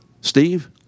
Steve